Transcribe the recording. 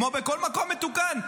כמו בכל מקום מתוקן.